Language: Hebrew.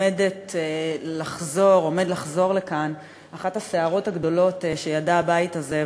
שעומדת לחזור לכאן אחת הסערות הגדולות שידע הבית הזה,